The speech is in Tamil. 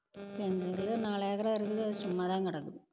எங்கெங்கேயோ நாலு ஏக்கர் இருக்குது அது சும்மா தான் கிடக்குது